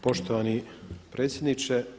Poštovani predsjedniče.